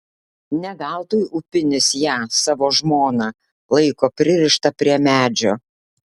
ne veltui upinis ją savo žmoną laiko pririštą prie medžio